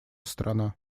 страна